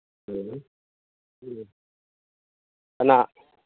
ꯎꯝ ꯎꯝ ꯀꯅꯥ